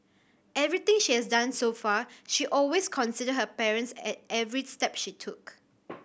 everything she has done so far she always considered her parents at every step she took